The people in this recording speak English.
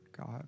God